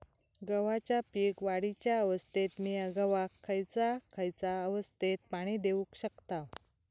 गव्हाच्या पीक वाढीच्या अवस्थेत मिया गव्हाक खैयचा खैयचा अवस्थेत पाणी देउक शकताव?